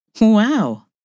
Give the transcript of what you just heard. wow